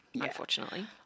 Unfortunately